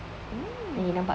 mm